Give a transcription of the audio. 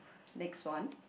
next one